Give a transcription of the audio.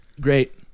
Great